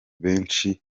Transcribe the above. benshi